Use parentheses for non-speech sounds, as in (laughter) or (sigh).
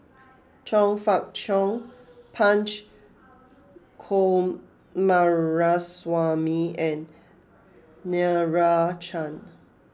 (noise) Chong Fah Cheong Punch Coomaraswamy and Meira Chand